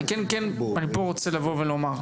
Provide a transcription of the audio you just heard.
אני רוצה לבוא ולומר,